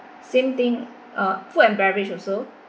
same thing uh food and beverage also